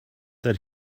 that